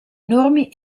enormi